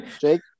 Jake